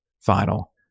final